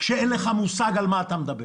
כשאין לך מושג על מה אתה מדבר